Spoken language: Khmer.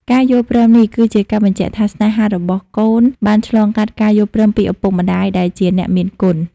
ការយល់ព្រមនេះគឺជាការបញ្ជាក់ថា ស្នេហារបស់កូនបានឆ្លងកាត់ការយល់ព្រមពីឪពុកម្ដាយដែលជាអ្នកមានគុណ។